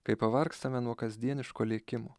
kai pavargstame nuo kasdieniško lėkimo